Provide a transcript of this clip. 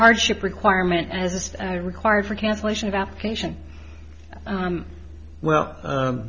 hardship requirement as required for cancellation of application well